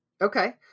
Okay